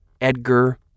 EDGAR